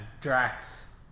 Drax